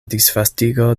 disvastigo